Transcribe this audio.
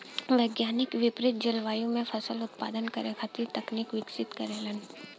वैज्ञानिक विपरित जलवायु में फसल उत्पादन करे खातिर तकनीक विकसित करेलन